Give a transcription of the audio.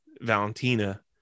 valentina